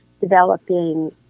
developing